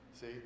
See